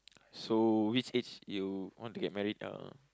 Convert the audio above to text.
so which age you want to get married uh